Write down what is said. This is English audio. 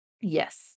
Yes